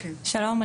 שלום,